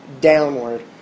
downward